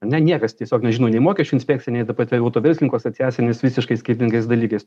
ane niekas tiesiog nežino nei mokesčių inspekcija nei ta pati autoverslininkų asociacija nes visiškai skirtingais dalykais